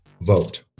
vote